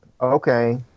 okay